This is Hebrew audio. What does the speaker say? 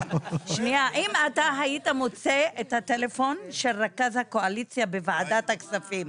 אם אתה היית מוצא את הטלפון של רכז הקואליציה בוועדת הכספים,